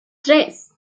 tres